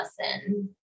lesson